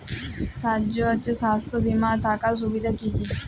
স্বাস্থ্য বিমা থাকার সুবিধা কী কী?